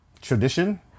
tradition